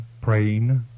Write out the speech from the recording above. praying